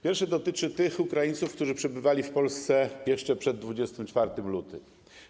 Pierwsze dotyczy tych Ukraińców, którzy przebywali w Polsce jeszcze przed 24 lutego.